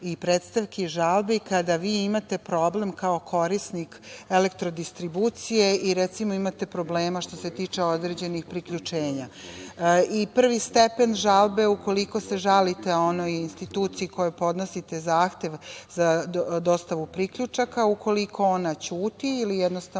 i predstavke iz žalbi kada vi imate problem kao korisnik EDB i recimo imate problema što se tiče određenih priključenja. Prvi stepen žalbe, ukoliko se žalite onoj instituciji kojoj podnosite zahtev za dostavu priključaka , ukoliko ona ćuti ili jednostavno